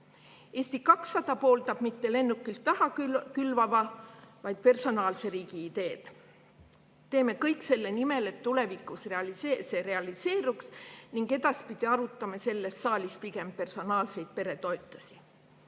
Eesti 200 pooldab mitte lennukilt raha külvava, vaid personaalse riigi ideed. Teeme kõik selle nimel, et tulevikus see realiseeruks ning edaspidi arutame selles saalis pigem personaalseid peretoetusi.